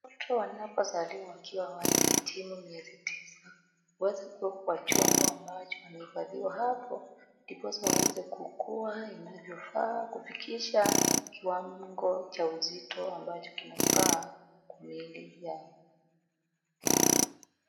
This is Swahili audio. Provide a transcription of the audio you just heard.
Mtu anapozaliwa akiwa awali ahitimu miezi tisa, huweza kuwekwa kwa chombo ambacho nivali hapo, ndiposa aweze kukua inavyofaa kufikisha kiwango cha uzito ambacho kinafaa kwa miili yao.